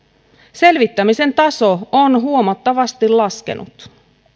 selvittämisen taso on huomattavasti laskenut